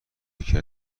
یکی